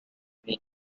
will